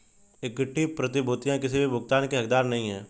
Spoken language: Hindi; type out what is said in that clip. इक्विटी प्रतिभूतियां किसी भी भुगतान की हकदार नहीं हैं